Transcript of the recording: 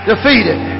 defeated